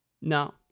No